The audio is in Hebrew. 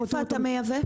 מאיפה אתה מייבא?